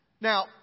Now